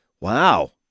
Wow